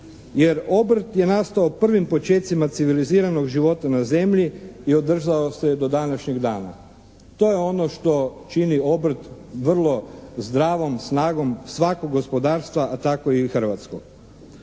jer obrt je nastao prvim počecima civiliziranog života na Zemlji i održao se do današnjeg dana. To je ono što čini obrt vrlo zdravom snagom svakog gospodarstva a tako i hrvatskog.